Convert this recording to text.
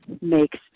makes